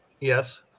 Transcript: yes